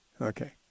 Okay